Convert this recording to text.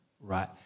right